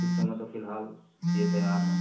इस समय तो फ़िलहाल ये तैयार हैं